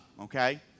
okay